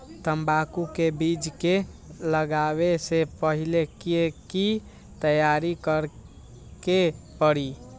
तंबाकू के बीज के लगाबे से पहिले के की तैयारी करे के परी?